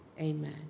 Amen